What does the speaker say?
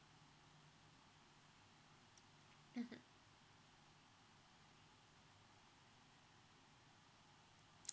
mmhmm